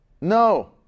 No